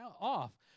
off